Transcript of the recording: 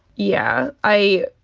yeah, i